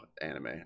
anime